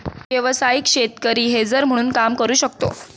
व्यावसायिक शेतकरी हेजर म्हणून काम करू शकतो